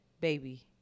baby